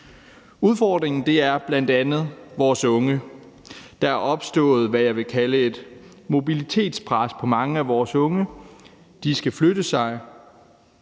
Udfordringen er bl.a. vores unge. Der er opstået, hvad jeg vil kalde et mobilitetspres på mange af vores unge – de skal flytte sig.